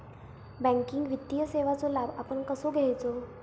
Banking वित्तीय सेवाचो लाभ आपण कसो घेयाचो?